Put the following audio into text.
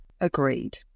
Agreed